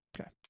Okay